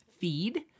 feed